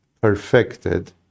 perfected